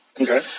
Okay